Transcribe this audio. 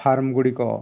farm ଗୁଡ଼ିକ